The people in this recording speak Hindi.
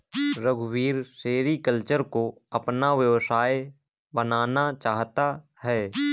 रघुवीर सेरीकल्चर को अपना व्यवसाय बनाना चाहता है